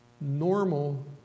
Normal